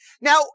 now